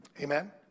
Amen